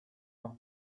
noch